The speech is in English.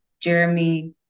Jeremy